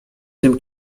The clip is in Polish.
tym